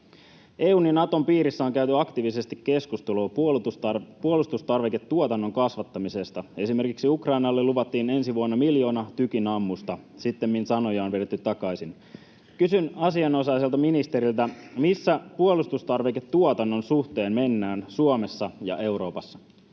EU:n ja Naton piirissä on käyty aktiivisesti keskustelua puolustustarviketuotannon kasvattamisesta. Esimerkiksi Ukrainalle luvattiin ensi vuonna miljoona tykinammusta, sittemmin sanoja on vedetty takaisin. Kysyn asianosaiselta ministeriltä: missä puolustustarviketuotannon suhteen mennään Suomessa ja Euroopassa?